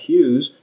Hughes